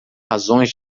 razões